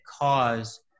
cause